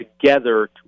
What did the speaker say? together